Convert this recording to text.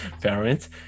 parents